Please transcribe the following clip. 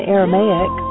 Aramaic